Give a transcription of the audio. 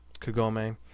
Kagome